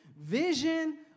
vision